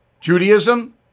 Judaism